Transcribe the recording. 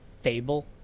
fable